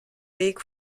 weg